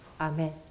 Amen